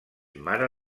mare